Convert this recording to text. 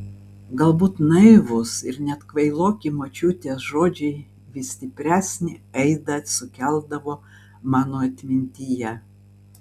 galbūt naivūs ir net kvailoki močiutės žodžiai vis stipresnį aidą sukeldavo mano atmintyje